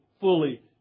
fully